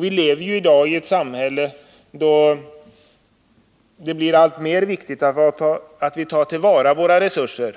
Vi lever i dag i ett samhälle där det blir allt viktigare att vi tar till vara våra resurser